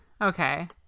okay